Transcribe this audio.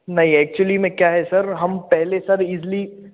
नहीं एक्चली में क्या है सर हम पहले सर इज़ली